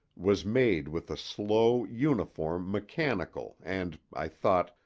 was made with a slow, uniform, mechanical and, i thought,